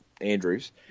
Andrews